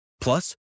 Plus